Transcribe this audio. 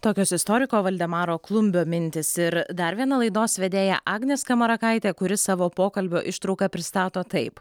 tokios istoriko valdemaro klumbio mintys ir dar viena laidos vedėja agnė skamarakaitė kuri savo pokalbio ištrauką pristato taip